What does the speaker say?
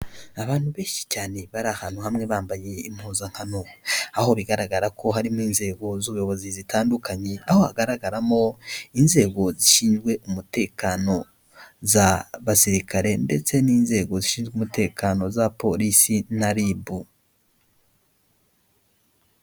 Abantu benshi cyane bari ahantu hamwe bambaye impuzankano, aho bigaragara ko harimo inzego z'ubuyobozi zitandukanye, aho hagaragaramo inzego zishinzwe umutekano z'abasirikare ndetse n'inzego zishinzwe umutekano za polisi na RIB.